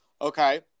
Okay